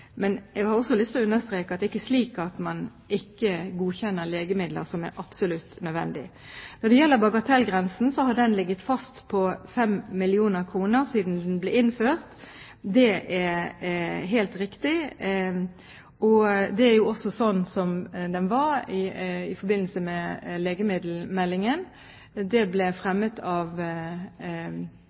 Men jeg har også lyst til å understreke at det ikke er slik at man ikke godkjenner legemidler som er absolutt nødvendige. Når det gjelder bagatellgrensen, har den ligget fast på 5 mill. kr siden den ble innført – det er helt riktig, og det var også slik den var i forbindelse med legemiddelmeldingen. Det ble fremmet av